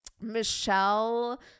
Michelle